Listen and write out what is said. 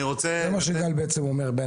זה מה שגל אומר.